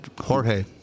Jorge